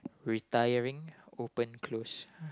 retiring open close